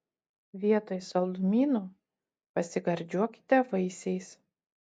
vietoj saldumynų pasigardžiuokite vaisiais